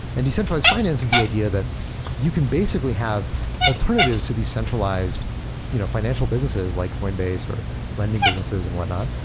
and decentralized finance is that the idea that you can basically have alternatives to decentralized you know financial businesses like coinbase or lending businesses and whatnot.